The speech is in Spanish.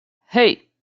hey